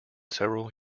several